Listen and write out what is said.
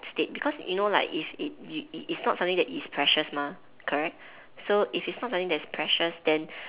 state because you know like if it it it's it's not something that is precious mah correct so if it's not something that is precious then